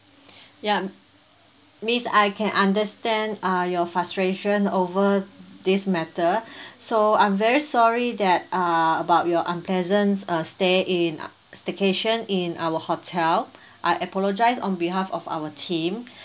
ya miss I can understand uh your frustration over this matter so I'm very sorry that uh about your unpleasant uh stay in staycation in our hotel I apologize on behalf of our team